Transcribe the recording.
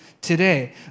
today